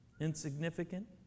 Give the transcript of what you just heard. Insignificant